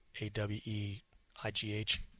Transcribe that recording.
A-W-E-I-G-H